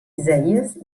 isaïes